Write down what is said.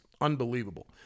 unbelievable